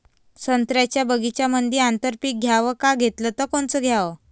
संत्र्याच्या बगीच्यामंदी आंतर पीक घ्याव का घेतलं च कोनचं घ्याव?